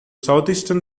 southeastern